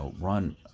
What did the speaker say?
run